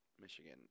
Michigan